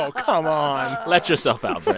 so come on let yourself out, but